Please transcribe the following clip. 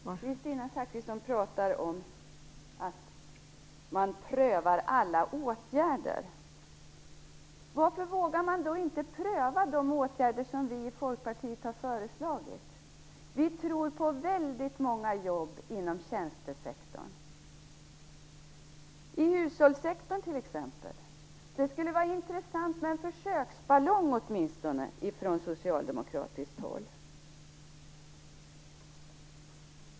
Fru talman! Kristina Zakrisson pratar om att man prövar alla åtgärder. Varför vågar man då inte pröva de åtgärder som vi i Folkpartiet har föreslagit? Vi tror på väldigt många jobb inom tjänstesektorn, t.ex. i hushållssektorn. Det skulle vara intressant med åtminstone en försöksballong ifrån socialdemokratiskt håll.